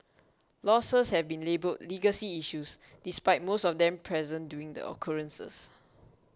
losses have been labelled legacy issues despite most of them present during the occurrences